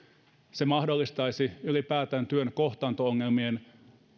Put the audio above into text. se mahdollistaisi ylipäätään työn kohtaanto ongelmien